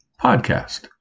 podcast